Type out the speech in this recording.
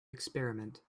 experiment